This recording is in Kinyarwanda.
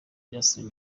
justin